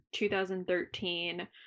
2013